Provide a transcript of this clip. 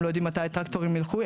הם לא יודעים מתי הטרקטור ילכו,